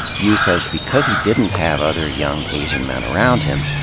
yu says because he didn't have other young asian men around him,